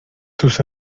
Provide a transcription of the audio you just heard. tus